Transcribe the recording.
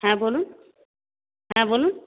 হ্যাঁ বলুন হ্যাঁ বলুন